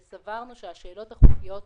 וסברנו שהשאלות החוקיות שעולות,